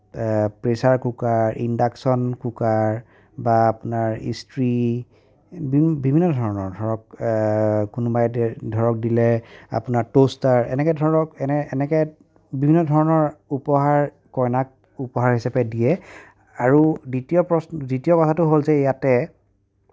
pressure cooker induction cooker বা আপোনাৰ ইষ্ট্ৰী বিভিন্ন ধৰণৰ ধৰক কোনোবাই ধৰক দিলে আপোনাৰ ট'ষ্টাৰ এনেকে ধৰণৰ এনেকে দিলে বিভিন্ন ধৰণৰ উপহাৰ কইনাক উপহাৰ হিচাপে দিয়ে আৰু দ্বিতীয় প্ৰশ্ন দ্বিতীয় কথাটো হ'ল যে ইয়াতে